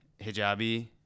hijabi